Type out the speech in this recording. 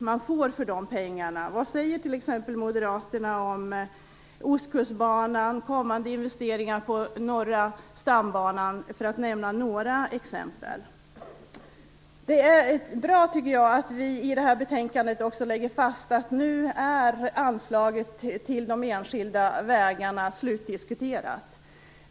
Vad säger Moderaterna om t.ex. Ostkustbanan, kommande investeringar på Stambanan, för att nämna några exempel? Det är bra tycker jag att vi i betänkandet också lägger fast att anslaget till de enskilda vägarna nu är slutdiskuterat.